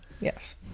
Yes